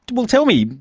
well tell me,